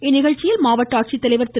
இந்நிகழ்ச்சியில் மாவட்ட ஆட்சித்தலைவர் திரு